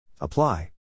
Apply